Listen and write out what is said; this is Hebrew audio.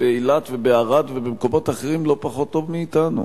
באילת, בערד ובמקומות אחרים לא פחות טוב מאתנו.